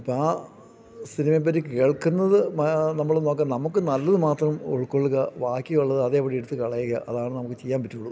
അപ്പം ആ സിനിമയെപ്പറ്റി കേൾക്കുന്നത് നമ്മൾ നോക്കാൻ നമുക്ക് നല്ലത് മാത്രം ഉൾക്കൊള്ളുക ബാക്കിയുള്ളത് അതേപടി എടുത്ത് കളയുക അതാണ് നമുക്ക് ചെയ്യാൻ പറ്റുള്ളൂ